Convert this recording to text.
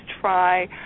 try